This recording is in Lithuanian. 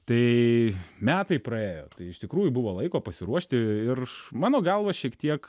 tai metai praėjo tai iš tikrųjų buvo laiko pasiruošti ir mano galva šiek tiek